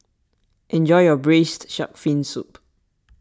enjoy your Braised Shark Fin Soup